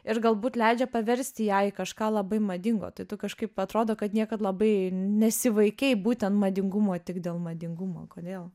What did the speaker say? ir galbūt leidžia paversti ją į kažką labai madingo tai tu kažkaip atrodo kad niekad labai nesivaikei būtent madingumo tik dėl madingumo kodėl